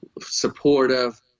supportive